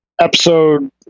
episode